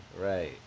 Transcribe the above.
Right